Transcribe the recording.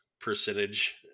percentage